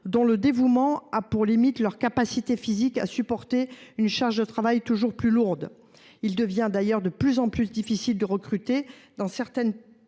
dont le dévouement a pour limite leur capacité physique à supporter une charge de travail toujours plus lourde. Il devient d’ailleurs de plus en plus difficile de recruter dans certaines